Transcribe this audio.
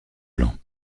blancs